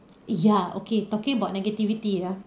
ya okay talking about negativity ah